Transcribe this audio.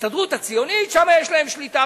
ההסתדרות הציונית, שם יש להם שליטה.